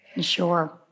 Sure